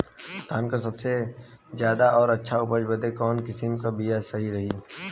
धान क सबसे ज्यादा और अच्छा उपज बदे कवन किसीम क बिया सही रही?